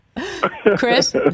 Chris